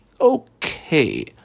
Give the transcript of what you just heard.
Okay